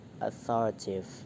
authoritative